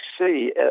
see